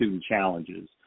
challenges